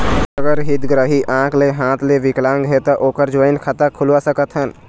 अगर हितग्राही आंख ले हाथ ले विकलांग हे ता ओकर जॉइंट खाता खुलवा सकथन?